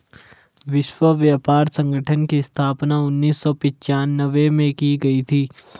विश्व व्यापार संगठन की स्थापना उन्नीस सौ पिच्यानवे में की गई थी